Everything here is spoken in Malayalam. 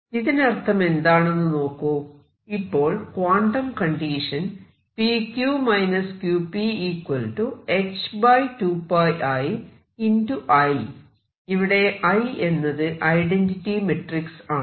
ഇതിനർത്ഥം എന്താണെന്ന് നോക്കൂ ഇപ്പോൾ ക്വാണ്ടം കണ്ടീഷൻ ഇവിടെ I എന്നത് ഐഡന്റിറ്റി മെട്രിക്സ് ആണ്